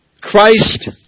Christ